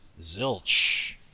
Zilch